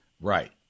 Right